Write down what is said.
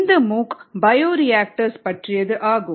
இந்த MOOC bioreactors பற்றியது ஆகும்